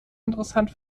interessant